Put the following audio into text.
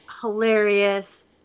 hilarious